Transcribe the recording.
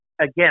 again